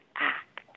act